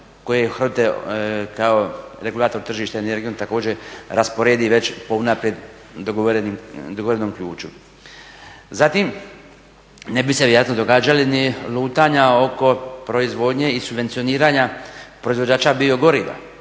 HROTE-a kao regulator tržišta energijom također rasporedi već po unaprijed dogovorenom ključu. Zatim ne bi se vjerojatno događali ni lutanja oko proizvodnje i subvencioniranja proizvođača bio goriva.